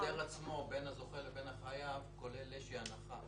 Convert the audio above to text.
ההסדר עצמו בין הזוכה לבין החייב כולל איזושהי הנחה